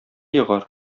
егар